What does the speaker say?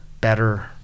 better